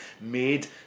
made